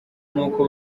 nuko